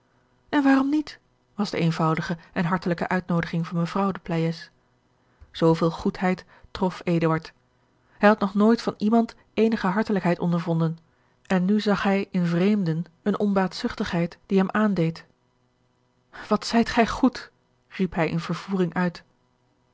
en waarom niet was de eenvoudige en hartelijke uitnoodiging van mevrouw de zooveel goedheid trof eduard hij had nog nooit van iemand eenige hartelijkheid ondervonden en nu zag hij in vreemden eene onbaatzuchtigheid die hem aandeed wat zij gij goed riep hij in vervoering uit